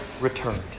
returned